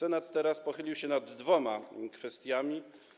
Teraz Senat pochylił się nad dwoma kwestiami.